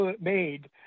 made